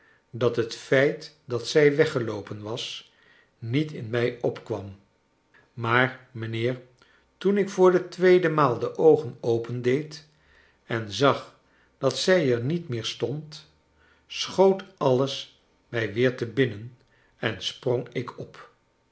dat het feit dat zij weggeloopen was niet in mij opkwam maar mijnheer toen ik voor do tweede maal de oogen opendeed en zag dat zij er niet meer stond schoot alles mij weer te binnen en sprong ik op